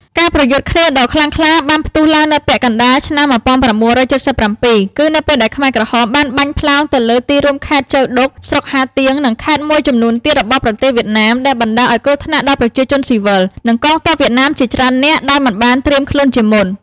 ការប្រយុទ្ធគ្នាដ៏ខ្លាំងក្លាបានផ្ទុះឡើងនៅ ពាក់កណ្តាលឆ្នាំ១៩៧៧ គឺនៅពេលដែលខ្មែរក្រហម បានបាញ់ផ្លោងទៅលើទីរួមខេត្តចូវដុក ស្រុកហាទៀង និងខេត្តមួយចំនួនទៀតរបស់វៀតណាមដែលបណ្តាល ឱ្យគ្រោះថ្នាក់ដល់ប្រជាជនស៊ីវិល និងកងទ័ពវៀតណាមជាច្រើននាក់ដោយមិនបានត្រៀមខ្លួនជាមុន។